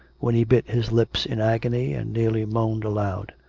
when he bit his lips in agony, and nearly moaned aloud.